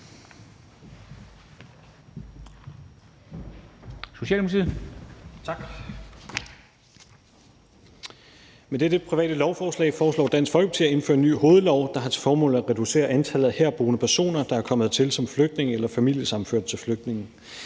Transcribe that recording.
Med dette private lovforslag foreslår Dansk Folkeparti at indføre en ny hovedlov, der har til formål at reducere antallet af herboende personer, der er kommet hertil som flygtninge eller familiesammenførte til flygtninge.